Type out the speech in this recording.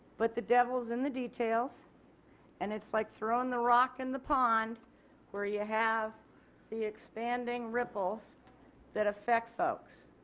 but the devil is in the details and it is like throwing the rock in the pond where you have the expanding ripples that affect folks.